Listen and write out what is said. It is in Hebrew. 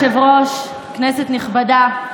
אדוני היושב-ראש, כנסת נכבדה,